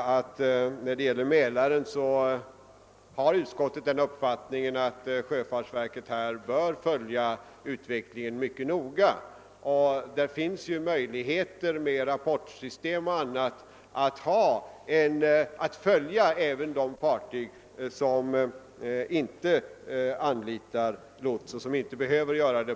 I fråga om Mälaren har utskottet den uppfattningen, att sjöfartsverket bör följa utvecklingen mycket noga. Det finns möjligheter att med hjälp av rapportsystem och annat följa de fartyg som på grund av nuvarande bestämmelser inte behöver anlita lots och inte heller gör det.